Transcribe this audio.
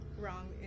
wrong